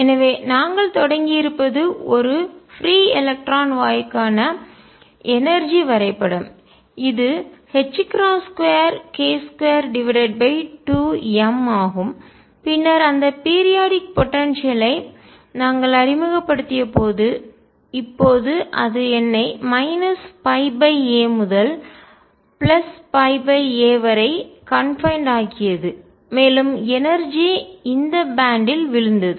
எனவே நாங்கள் தொடங்கியிருப்பது ஒரு பீரி எலக்ட்ரான் வாயுக்கான எனர்ஜிஆற்றல் வரைபடம் இது 2k22m ஆகும் பின்னர் அந்த பீரியாடிக் போடன்சியல் ஐ குறிப்பிட்ட கால இடைவெளி ஆற்றல் நாங்கள் அறிமுகப்படுத்தியபோது இப்போது அது என்னை π a முதல் π a வரை கன்பைன்ட் ஆக்கியது மேலும் எனர்ஜிஆற்றல் இந்த பேன்ட் பட்டை ல் விழுந்தது